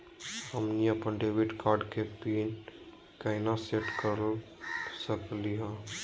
हमनी अपन debit card के पीन केना सेट कर सकली हे?